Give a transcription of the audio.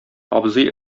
абзый